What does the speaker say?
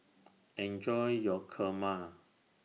Enjoy your Kurma